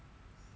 mm